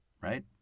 Right